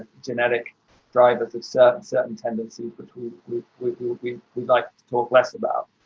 genetic drivers of certain, certain tendencies between we we'd like to talk less about,